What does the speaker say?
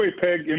Peg